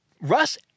Russ